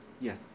Yes